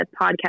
podcast